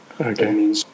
Okay